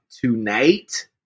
tonight